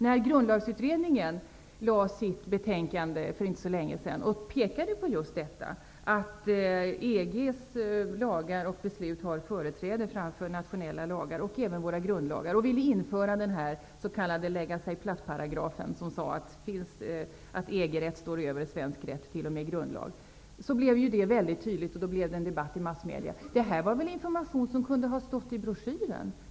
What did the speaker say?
När grundlagsutredningen lade fram sitt betänkande för inte så länge sedan och pekade på att EG:s lagar och beslut har företräde framför nationella lagar, även våra grundlagar, och ville införa den s.k. lägga-sig-platt-paragrafen som sade att EG-rätt står över svensk rätt, t.o.m. grundlag, blev det mycket tydligt, och det blev en debatt i massmedierna. Det här var väl information som kunde ha stått i broschyren?